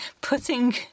putting